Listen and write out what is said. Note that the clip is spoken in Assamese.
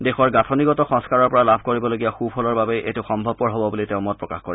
দেশৰ গাঠনিগত সংস্কাৰৰ পৰা লাভ কৰিবলগীয়া সূফলৰ বাবেই এইটো সম্ভৱপৰ হ'ব বুলি তেওঁ মত প্ৰকাশ কৰে